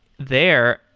there.